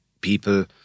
people